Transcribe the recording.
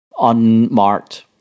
unmarked